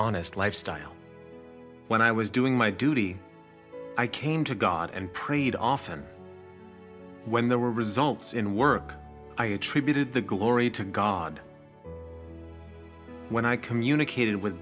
honest lifestyle when i was doing my duty i came to god and prayed often when there were results in work i attributed the glory to god when i communicated with